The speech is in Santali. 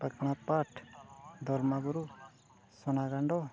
ᱯᱟᱠᱷᱱᱟᱯᱟᱴ ᱫᱚᱞᱢᱟ ᱵᱩᱨᱩ ᱥᱚᱱᱟ ᱜᱟᱸᱰᱳ